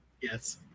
Yes